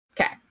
Okay